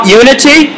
unity